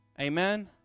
Amen